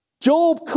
Job